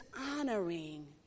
honoring